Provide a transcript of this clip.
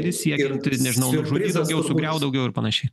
siekianti nežinau nužudyt daugiau sugriaut daugiau ir panašiai